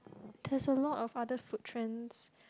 there's a lot of other food trends